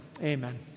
amen